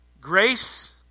Grace